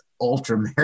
ultra